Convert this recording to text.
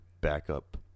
backup